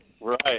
Right